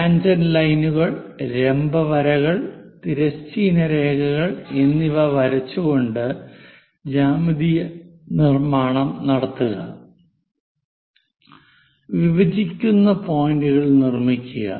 tangent ലൈനുകൾ ലംബ വരകൾ തിരശ്ചീന രേഖകൾ എന്നിവ വരച്ചുകൊണ്ട് ജ്യാമിതീയ നിർമ്മാണം നടത്തുക വിഭജിക്കുന്ന പോയിന്റുകൾ നിർമ്മിക്കുക